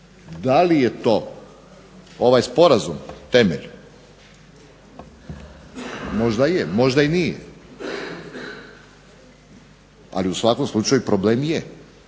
Da li je to ovaj sporazum temelj, možda je, možda i nije, ali u svakom slučaju problem je,